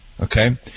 Okay